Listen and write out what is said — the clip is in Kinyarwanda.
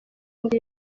indi